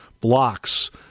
blocks